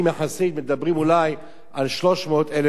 מדברים אולי על 300,000 בלבד.